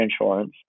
insurance